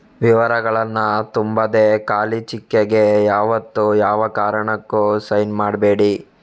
ವಿವರಗಳನ್ನ ತುಂಬದೆ ಖಾಲಿ ಚೆಕ್ಕಿಗೆ ಯಾವತ್ತೂ ಯಾವ ಕಾರಣಕ್ಕೂ ಸೈನ್ ಮಾಡ್ಬೇಡಿ